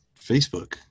Facebook